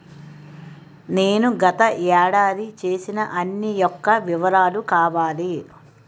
నేను గత ఏడాది చేసిన అన్ని యెక్క వివరాలు కావాలి?